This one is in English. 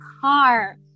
car